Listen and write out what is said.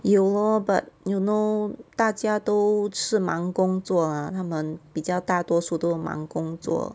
有 lor but you know 大家都是忙工作 mah 他们比较大多数都是忙工作